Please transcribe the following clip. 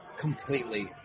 completely